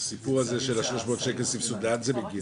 הסיפור הזה של ה-300 שקל סבסוד, לאן זה מגיע?